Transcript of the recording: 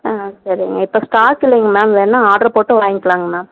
ஆ சரிங்க இப்போ ஸ்டாக் இல்லைங்க மேம் வேணா ஆட்ரு போட்டு வாங்கிக்கலாங்க மேம்